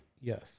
Yes